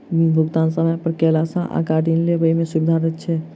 ऋण भुगतान समय पर कयला सॅ आगाँ ऋण लेबय मे सुबिधा रहैत छै